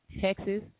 Texas